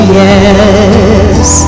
yes